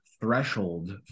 threshold